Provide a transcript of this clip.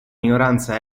minoranza